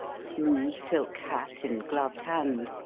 smooth silk hat in gloved hand,